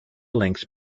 links